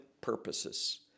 purposes